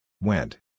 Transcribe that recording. Went